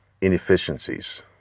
inefficiencies